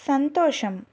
సంతోషం